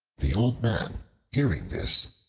the old man hearing this,